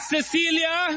Cecilia